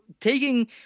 taking –